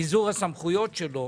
ביזור הסמכויות שלו